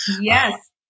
Yes